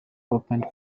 opened